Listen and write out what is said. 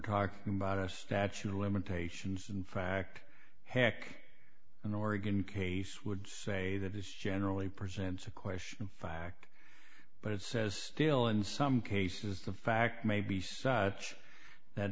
talking about a statute of limitations in fact heck in oregon case would say that it's generally presents a question of fact but it says still in some cases the fact may be such that